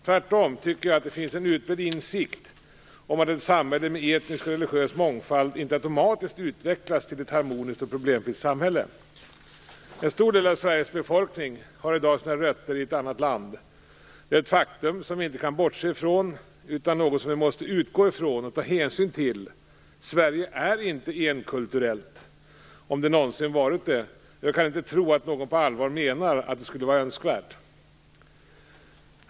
Tvärtom tycker jag att det finns en utbredd insikt om att ett samhälle med etnisk och religiös mångfald inte automatiskt utvecklas till ett harmoniskt och problemfritt samhälle. En stor del av Sveriges befolkning har i dag sina rötter i ett annat land. Det är ett faktum som vi inte kan bortse från utan något som vi måste utgå från och ta hänsyn till. Sverige är inte enkulturellt - om det någonsin varit det - och jag kan inte tro att någon på allvar menar att det skulle vara önskvärt.